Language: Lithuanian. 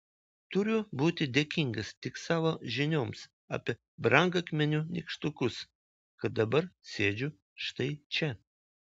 turiu būti dėkingas tik savo žinioms apie brangakmenių nykštukus kad dabar sėdžiu štai čia